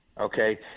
Okay